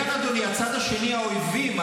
כן, אדוני, הצד השני, האויבים.